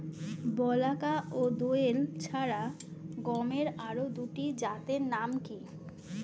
বলাকা ও দোয়েল ছাড়া গমের আরো দুটি জাতের নাম কি?